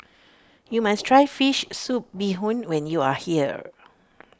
you must try Fish Soup Bee Hoon when you are here